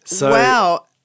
Wow